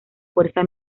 fuerza